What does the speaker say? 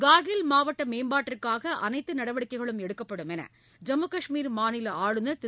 கார்கில் மாவட்ட மேம்பாட்டிற்காக அனைத்து நடவடிக்கைகளும் எடுக்கப்படும் என்று ஜம்மு கஷ்மீர் ஆளுநர் திரு